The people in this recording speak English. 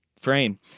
frame